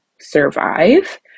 survive